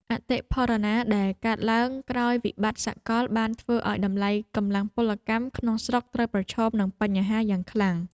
អតិផរណាដែលកើតឡើងក្រោយវិបត្តិសកលបានធ្វើឱ្យតម្លៃកម្លាំងពលកម្មក្នុងស្រុកត្រូវប្រឈមនឹងបញ្ហាប្រឈមយ៉ាងខ្លាំង។